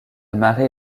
marée